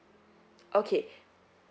okay